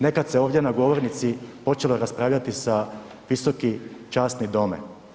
Nekad se ovdje na govornici počelo raspravljati sa Visoki časni dome.